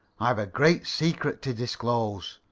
i've a great secret to disclose.